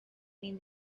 mean